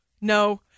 no